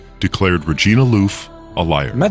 declared regina louf a liar.